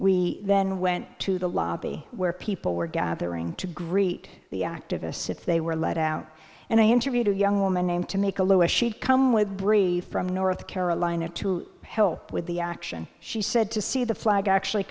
we then went to the lobby where people were gathering to greet the activists if they were let out and i interviewed a young woman named to make a louis she'd come with bree from north carolina to help with the action she said to see the flag actually